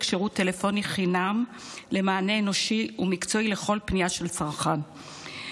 שירות טלפוני חינם למענה אנושי ומקצועי לכל פנייה של צרכן,